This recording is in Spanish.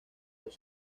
los